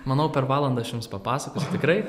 manau per valandą aš jums papasakosiu tikrai